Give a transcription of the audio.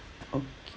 okay